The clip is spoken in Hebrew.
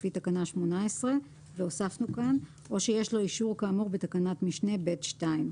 לפי תקנה 18. והוספנו כאן או שיש לו אישור כאמור בתקנת משנה ב(2).